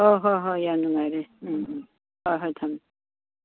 ꯍꯣꯏ ꯍꯣꯏ ꯍꯣꯏ ꯌꯥꯝ ꯅꯨꯡꯉꯥꯏꯔꯦ ꯎꯝ ꯎꯝ ꯍꯣꯏ ꯍꯣꯏ ꯊꯝꯃꯦ